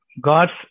God's